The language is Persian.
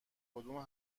کدوم